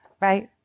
right